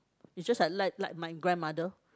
it's just like like like my grandmother